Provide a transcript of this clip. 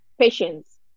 Patience